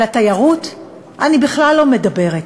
על התיירות אני בכלל לא מדברת,